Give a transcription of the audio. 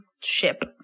ship